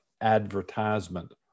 advertisement